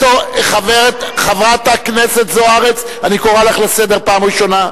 חברת הכנסת זוארץ, אני קורא אותך לסדר פעם ראשונה.